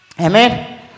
Amen